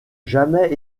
jamais